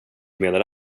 menade